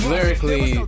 Lyrically